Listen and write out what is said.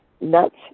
nuts